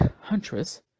Huntress